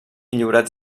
lliurats